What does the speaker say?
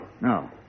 No